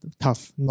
tough